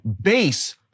base